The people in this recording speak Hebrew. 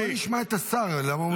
בוא נשמע את השר למה.